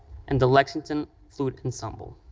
and the lexington flute ensemble.